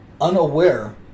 unaware